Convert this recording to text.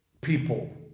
people